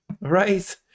right